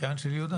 אחיין של יהודה?